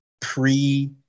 pre-